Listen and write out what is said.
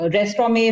Restaurant